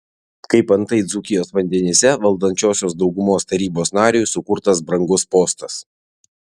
kaip antai dzūkijos vandenyse valdančiosios daugumos tarybos nariui sukurtas brangus postas